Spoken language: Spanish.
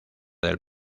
del